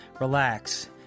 relax